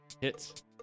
Hits